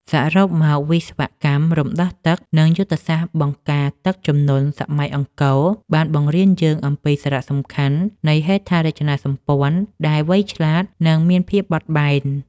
សរុបមក វិស្វកម្មរំដោះទឹក និងយុទ្ធសាស្ត្របង្ការទឹកជំនន់សម័យអង្គរ បានបង្រៀនយើងអំពីសារៈសំខាន់នៃហេដ្ឋារចនាសម្ព័ន្ធដែលឆ្លាតវៃ និងមានភាពបត់បែន។